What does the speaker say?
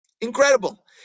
Incredible